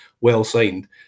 well-signed